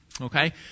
Okay